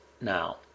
now